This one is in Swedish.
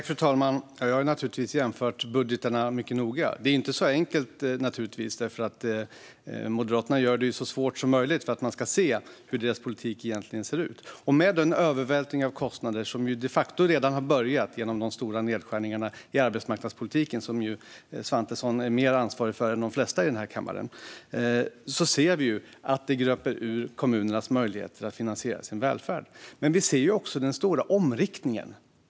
Fru talman! Vi har naturligtvis jämfört budgetarna mycket noga. Det är inte så enkelt, för Moderaterna gör det så svårt som möjligt att se hur deras politik egentligen ser ut. Med den övervältring av kostnader som de facto redan har börjat genom de stora nedskärningar i arbetsmarknadspolitiken som Svantesson är mer ansvarig för än de flesta i denna kammare ser vi att kommunernas möjligheter att finansiera sin välfärd gröps ur. Vi ser också den stora omriktningen.